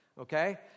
okay